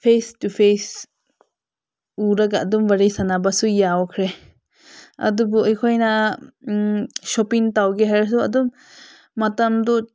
face to face ꯎꯔꯒ ꯑꯗꯨꯝ ꯋꯥꯔꯤ ꯁꯥꯟꯅꯕꯁꯨ ꯌꯥꯎꯈ꯭ꯔꯦ ꯑꯗꯨꯕꯨ ꯑꯩꯈꯣꯏꯅ ꯁꯣꯞꯄꯤꯡ ꯇꯧꯒꯦ ꯍꯥꯏꯔꯁꯨ ꯑꯗꯨꯝ ꯃꯇꯝꯗꯨ